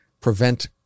prevent